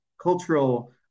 cultural